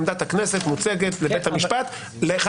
עמדת הכנסת מוצגת לבית המשפט שאומרת לך